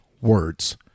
words